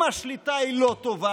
אם השליטה היא לא טובה